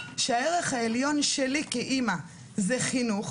שהערך העליון שלי כאמא זה חינוך